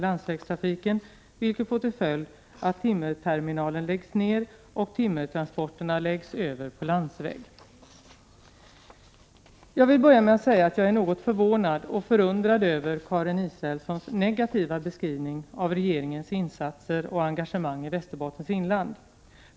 Jag vill börja med att säga att jag är något förvånad och förundrad över Karin Israelssons negativa beskrivning av regeringens insatser och engage 87 mang i Västerbottens inland.